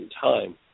time